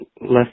left